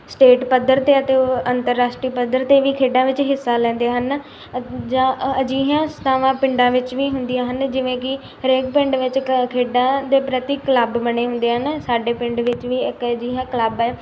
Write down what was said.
state ਪੱਧਰ 'ਤੇ ਅਤੇ ਅੰਤਰਰਾਸ਼ਟਰੀ ਪੱਧਰ 'ਤੇ ਵੀ ਖੇਡਾਂ ਵਿੱਚ ਹਿੱਸਾ ਲੈਂਦੇ ਹਨ ਜਾਂ ਅਜਿਹੀਆਂ ਸੰਸਥਾਵਾਂ ਪਿੰਡਾਂ ਵਿੱਚ ਵੀ ਹੁੰਦੀਆਂ ਹਨ ਜਿਵੇਂ ਕਿ ਹਰੇਕ ਪਿੰਡ ਵਿੱਚ ਖ ਖੇਡਾਂ ਦੇ ਪ੍ਰਤੀ ਕਲੱਬ ਬਣੇ ਹੁੰਦੇ ਹਨ ਸਾਡੇ ਪਿੰਡ ਵਿੱਚ ਵੀ ਇੱਕ ਅਜਿਹਾ ਕਲੱਬ ਹੈ